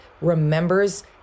remembers